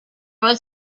was